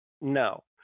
No